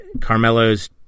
Carmelo's